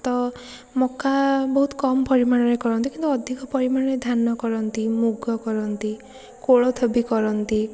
ତ ମକା ବହୁତ କମ୍ ପରିମାଣରେ କରନ୍ତି କିନ୍ତୁ ଅଧିକ ପରିମାଣରେ ଧାନ କରନ୍ତି ମୁଗ କରନ୍ତି କୋଳଥ ବି କରନ୍ତି